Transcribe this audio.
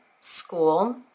school